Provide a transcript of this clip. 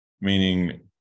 meaning